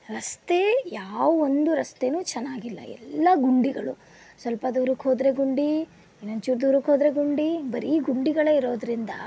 ರಸ್ತೆ ಯಾವ ಒಂದು ರಸ್ತೆಯೂ ಚೆನ್ನಾಗಿಲ್ಲ ಎಲ್ಲ ಗುಂಡಿಗಳು ಸ್ವಲ್ಪ ದೂರಕ್ಕೆ ಹೋದರೆ ಗುಂಡಿ ಇನ್ನೊಂದ್ಚೂರು ದೂರಕ್ಕೆ ಹೋದರೆ ಗುಂಡಿ ಬರೀ ಗುಂಡಿಗಳೇ ಇರೋದರಿಂದ